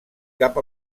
cap